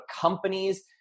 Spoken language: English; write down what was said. companies